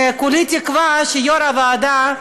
וכולי תקווה שיו"ר הוועדה,